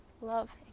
love